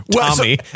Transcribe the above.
Tommy